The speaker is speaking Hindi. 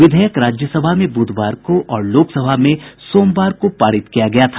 विधेयक राज्यसभा में बूधवार को और लोकसभा में सोमवार को पारित किया गया था